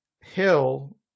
Hill